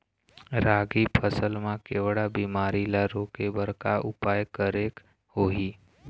रागी फसल मा केवड़ा बीमारी ला रोके बर का उपाय करेक होही?